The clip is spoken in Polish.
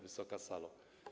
Wysoka Salo!